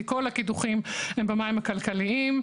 כי כל הקידוחים הם במים הכלכליים.